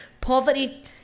Poverty